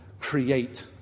create